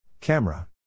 Camera